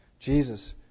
Jesus